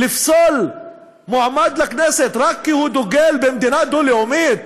לפסול מועמד לכנסת רק כי הוא דוגל במדינה דו-לאומית?